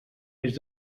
més